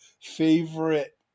favorite